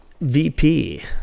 VP